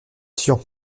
tian